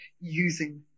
using